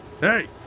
hey